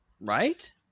Right